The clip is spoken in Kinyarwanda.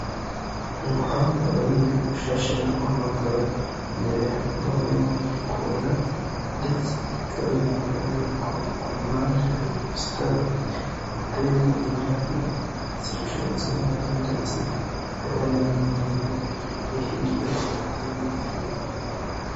Umuhanda munini ushashemo amapave, imbere hakaba harimo kona ndetse bikaba bigaragara yuko ku mpande hari ubusitani buteyemo indabyo ziconze neza ndetse hakaba harimo n'imirima ihinze idateyemo ibintu.